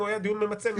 היה דיון ממצה מבחינתך.